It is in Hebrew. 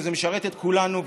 וזה משרת את כולנו,